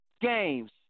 games